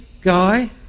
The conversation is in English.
guy